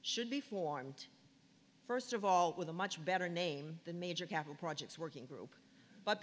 should be formed first of all with a much better name than major capital projects working group but